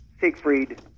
Siegfried